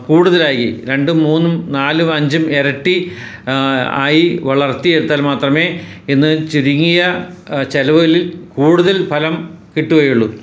കൂടുതലായി രണ്ടും മൂന്നും നാലും അഞ്ചും എരട്ടി ആയി വളർത്തിയെടുത്താൽ മാത്രമേ ഇന്ന് ചുരുങ്ങിയ ചെലവിൽ കൂടുതൽ ഫലം കിട്ടുകയുള്ളൂ